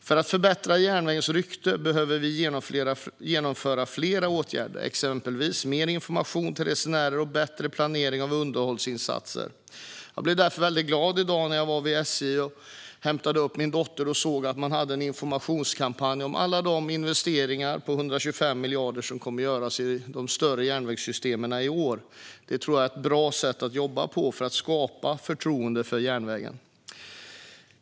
För att förbättra järnvägens rykte behöver vi vidta flera åtgärder, exempelvis mer information till resenärer och bättre planering av underhållsinsatser. Jag blev därför glad i dag när jag hämtade min dotter vid SJ och såg att där fanns en informationskampanj om alla de investeringar på 125 miljarder som kommer att göras i de större järnvägssystemen i år. Det är ett bra sätt att jobba på för att skapa förtroende för järnvägen.